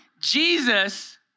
Jesus